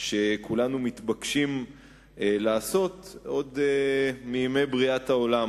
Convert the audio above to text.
שכולנו מתבקשים לעשות עוד מימי בריאת העולם.